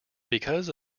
because